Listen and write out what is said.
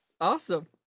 Awesome